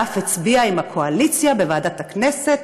ואף הצביעה עם הקואליציה בוועדת הכנסת